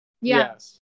Yes